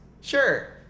Sure